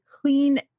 clean